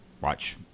watch